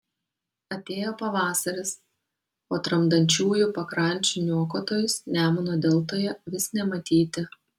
atėjo pavasaris o tramdančiųjų pakrančių niokotojus nemuno deltoje vis nematyti